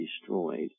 destroyed